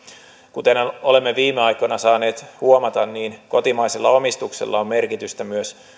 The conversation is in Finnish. kuten olemme viime aikoina saaneet huomata kotimaisella omistuksella on merkitystä myös